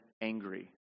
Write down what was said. angry